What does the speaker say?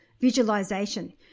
visualization